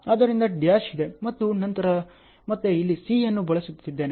ಆದ್ದರಿಂದ ಡ್ಯಾಶ್ ಇದೆ ಮತ್ತು ನಂತರ ನಾನು ಮತ್ತೆ ಇಲ್ಲಿ C ಅನ್ನು ಬಳಸುತ್ತಿದ್ದೇನೆ